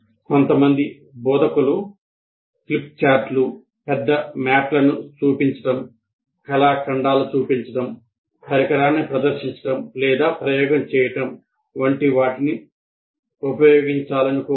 కొంతమంది బోధకులు ఫ్లిప్చార్ట్లు పెద్ద మ్యాప్లను చూపించడం కళాఖండాలు చూపించడం పరికరాన్ని ప్రదర్శించడం లేదా ప్రయోగం చేయడం వంటి వాటిని ఉపయోగించాలనుకోవచ్చు